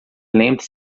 lembre